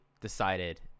decided